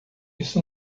isso